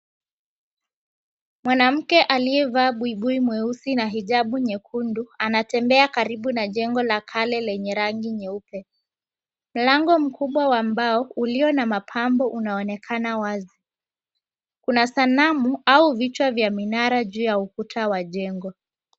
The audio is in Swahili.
Mwanamke aliyevaa buibui mweusi na hijabu nyekundu anatembea karibu na jengo la kale lenye rangi nyeupe. Mlango mkubwa wa mbao ulio na mapambo unaonekana wazi. Kuna sanamu au vichwa vya vinara juu ya ukuta wazi jengo.